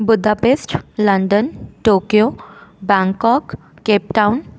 Budapest London Tokyo Bangkok Cape Town